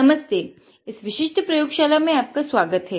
नमस्ते इस विशिष्ट प्रयोग शाला में आपका स्वागत है